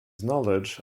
knowledge